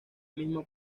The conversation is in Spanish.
misma